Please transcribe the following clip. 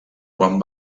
quan